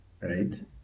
right